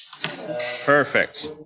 Perfect